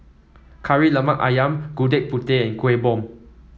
Kari Lemak ayam Gudeg Putih and Kuih Bom